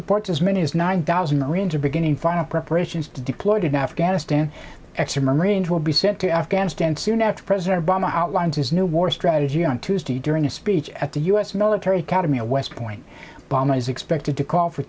reports as many as nine thousand marines are beginning final preparations to deploy to afghanistan extra marines will be sent to afghanistan soon after president obama outlines his new war strategy on tuesday during a speech at the u s military academy at west point bamma is expected to call for